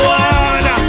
one